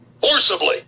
forcibly